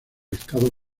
estado